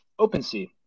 OpenSea